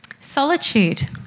Solitude